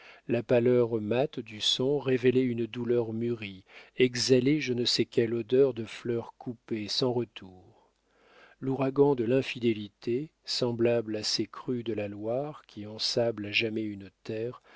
la pâleur mate du son révélaient une douleur mûrie exhalaient je ne sais quelle odeur de fleurs coupées sans retour l'ouragan de l'infidélité semblable à ces crues de la loire qui ensablent à jamais une terre